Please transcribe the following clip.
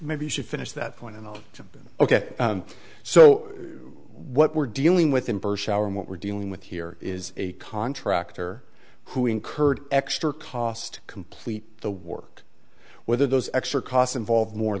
maybe you should finish that point and ok so what we're dealing with inverse shower and what we're dealing with here is a contractor who incurred extra cost complete the work whether those extra costs involved more